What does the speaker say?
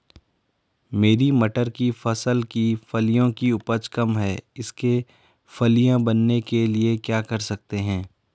मेरी मटर की फसल की फलियों की उपज कम है इसके फलियां बनने के लिए क्या कर सकते हैं?